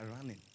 running